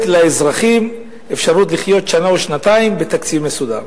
לאזרחים אפשרות לחיות שנה או שנתיים בתקציב מסודר.